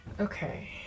Okay